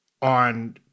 On